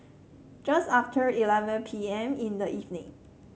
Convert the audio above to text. just after eleven P M in the evening